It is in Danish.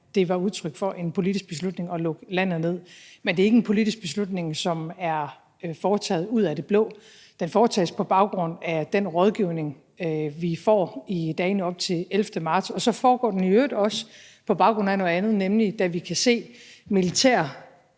det var udtryk for en politisk beslutning at lukke landet med. Men det var ikke en politisk beslutning, der blev taget ud af det blå. Den tages på baggrund er den rådgivning, vi får i dagene op til den 11. marts. Og så tages den i øvrigt også på baggrund af noget andet, nemlig da vi ser